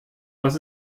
was